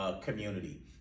community